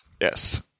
yes